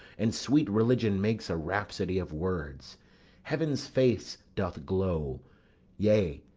and sweet religion makes a rhapsody of words heaven's face doth glow yea,